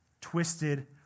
twisted